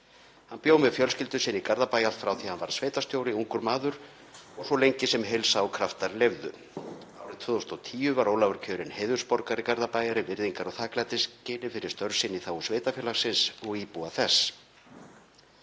Hann bjó með fjölskyldu sinni í Garðabæ allt frá því hann varð þar sveitarstjóri, ungur maður, og svo lengi sem heilsa og kraftar leyfðu. Árið 2010 var Ólafur kjörinn heiðursborgari Garðabæjar í virðingar- og þakklætisskyni fyrir störf sín í þágu sveitarfélagsins og íbúa þess.